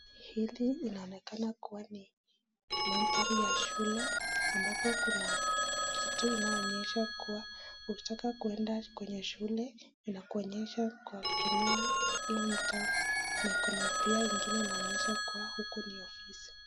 Hili linaonekana kuwa ni mandhari ya shule ambapokuna kitu inayoonyesha kuwa ukitaka kwenda kwenye shule inakuonyesha kwa kutumia hii mtambo na kuna pia ingine inaonyesha kuwa huku ni ofisi.